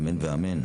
אמן ואמן.